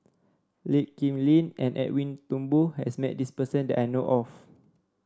Lee Kip Lin and Edwin Thumboo has met this person that I know of